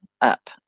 up